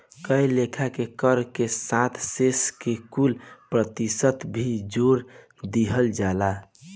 कए लेखा के कर के साथ शेष के कुछ प्रतिशत भी जोर दिहल जाला